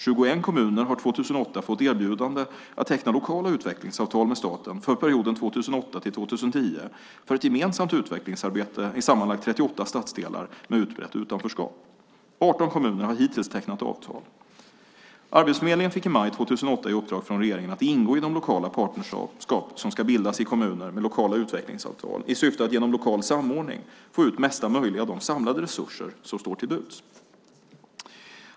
21 kommuner har år 2008 fått erbjudande om att teckna lokala utvecklingsavtal med staten för perioden 2008-2010 för ett gemensamt utvecklingsarbete i sammanlagt 38 stadsdelar med utbrett utanförskap. 18 kommuner har hittills tecknat avtal. Arbetsförmedlingen fick i maj 2008 i uppdrag från regeringen att ingå i de lokala partnerskap som ska bildas i kommuner med lokala utvecklingsavtal i syfte att genom lokal samordning få ut mesta möjliga av de samlade resurser som står till buds.